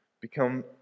become